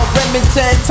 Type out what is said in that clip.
Remington